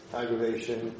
aggravation